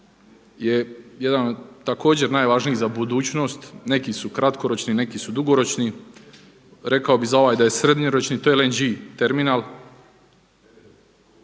je jedan od također najvažniji za budućnost, neki su kratkoročni neki su dugoročni, rekao bi za ovaj da je srednjoročni to je LNG terminal.